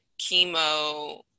chemo